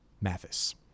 Mathis